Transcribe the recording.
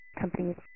companies